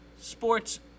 sports